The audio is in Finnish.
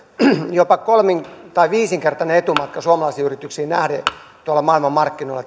jopa viisinkertainen etumatka suomalaisiin yrityksiin nähden maailmanmarkkinoilla